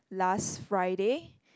last Friday